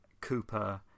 cooper